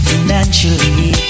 Financially